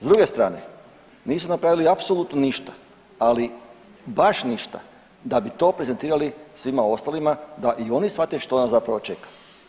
S druge strane nisu napravili apsolutno ništa, ali baš ništa da bi to prezentirali svima ostalima da i oni shvate što nas zapravo čeka.